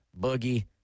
Boogie